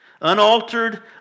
unaltered